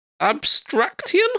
abstraction